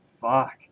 Fuck